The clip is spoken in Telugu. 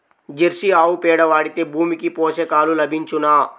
జెర్సీ ఆవు పేడ వాడితే భూమికి పోషకాలు లభించునా?